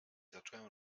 zacząłem